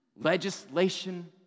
Legislation